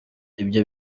ibyo